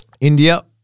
India